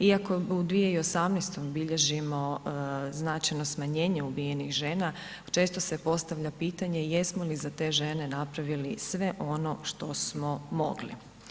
Iako u 2018. bilježimo značajno smanjenje ubijenih žena, često se postavlja pitanje jesmo li za te žene napravili sve ono što smo mogli?